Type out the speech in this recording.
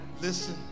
listen